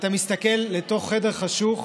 ואתה מסתכל לתוך חדר חשוך,